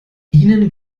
ihnen